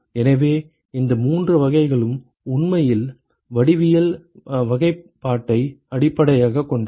எனவே இந்த மூன்று வகைகளும் உண்மையில் வடிவியல் வகைப்பாட்டை அடிப்படையாகக் கொண்டவை